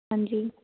ਹਾਂਜੀ